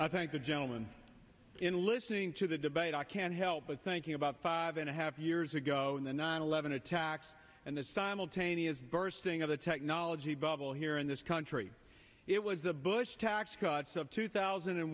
i think the gentleman in listening to the debate i can't help but thinking about five and a half years ago when the nine eleven attacks and the simultaneous bursting of the technology bubble here in this country it was the bush tax cuts of two thousand and